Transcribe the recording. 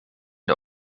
der